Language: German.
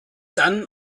dann